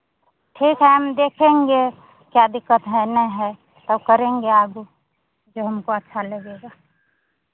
ठीक है हम देखेंगे क्या दिक्कत है नहीं है तो करेंगे आगे जो हमको अच्छा लगेगा